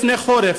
לפני החורף,